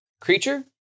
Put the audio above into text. creature